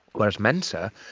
whereas mensa,